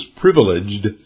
privileged